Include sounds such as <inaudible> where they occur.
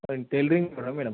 <unintelligible> tailoring <unintelligible> madam